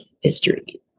history